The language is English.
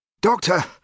Doctor